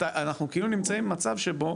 אנחנו נמצאים במצב שבו